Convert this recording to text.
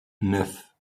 neuf